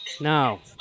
No